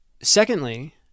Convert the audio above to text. Secondly